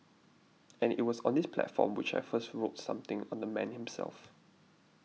and it was on this platform which I first wrote something on the man himself